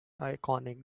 iconic